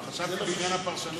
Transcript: חשבתי בעניין הפרשנות.